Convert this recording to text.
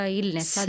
illness